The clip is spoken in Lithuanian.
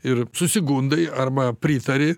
ir susigundai arba pritari